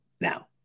now